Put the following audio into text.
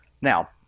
Now